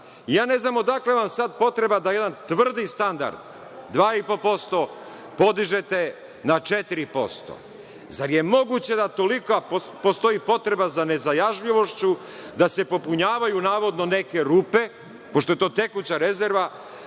ne znam odakle vam potreba da jedan tvrdi standard 2,5% podižete na 4%. Da li je moguće da postoji tolika potreba za nezajažljivošću da se popunjavaju, navodno, neke rupe, pošto je to tekuća rezerva,